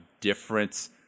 different